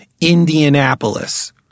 Indianapolis